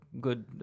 good